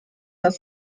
das